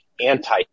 anti